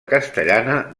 castellana